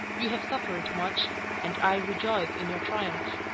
you have suffered much, and i rejoice in your triumph.